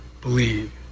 believe